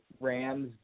Rams